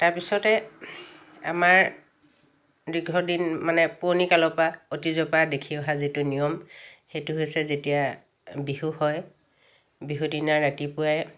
তাৰপিছতে আমাৰ দীৰ্ঘদিন মানে পুৰণি কালৰ পৰা অতীতৰ পৰা দেখি অহা যিটো নিয়ম সেইটো হৈছে যেতিয়া বিহু হয় বিহুদিনা ৰাতিপুৱাই